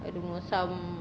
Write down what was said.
I don't know some